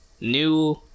new